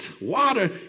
water